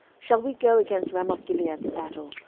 shall we go against ramothgilead to battle,